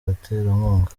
baterankunga